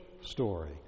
story